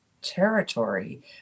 territory